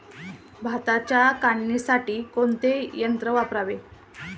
भाताच्या काढणीसाठी कोणते यंत्र वापरावे?